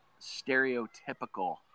stereotypical